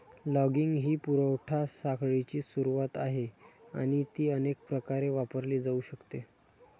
logging ही पुरवठा साखळीची सुरुवात आहे आणि ती अनेक प्रकारे वापरली जाऊ शकते